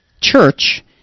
church